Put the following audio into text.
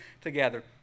together